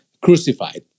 crucified